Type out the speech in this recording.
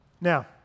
Now